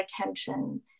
attention